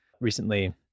recently